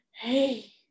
Hey